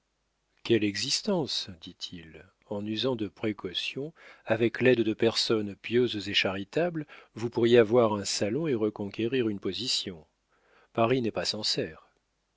quelle existence dit-il en usant de précautions avec l'aide de personnes pieuses et charitables vous pourriez avoir un salon et reconquérir une position paris n'est pas sancerre